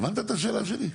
הבנת את השאלה שלי?